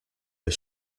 the